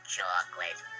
Chocolate